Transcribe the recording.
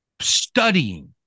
studying